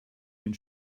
den